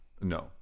No